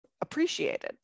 appreciated